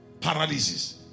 Paralysis